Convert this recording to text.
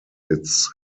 its